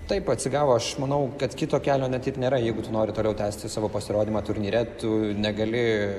taip atsigavo aš manau kad kito kelio nėra jeigu tu nori toliau tęsti savo pasirodymą turnyre tu negali